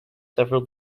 several